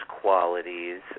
qualities